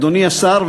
אדוני השר,